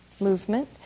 movement